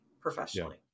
professionally